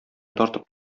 тартып